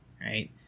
right